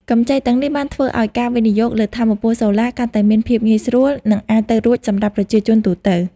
កម្ចីទាំងនេះ បានធ្វើឱ្យការវិនិយោគលើថាមពលសូឡាកាន់តែមានភាពងាយស្រួល និងអាចទៅរួចសម្រាប់ប្រជាជនទូទៅ។